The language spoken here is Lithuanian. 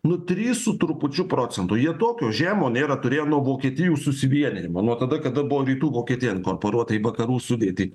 nu trys su trupučiu procento jie tokio žemo nėra turėjo nuo vokietijos susivienijimo nuo tada kada buvo rytų vokietija inkorporuota į vakarų sudėtį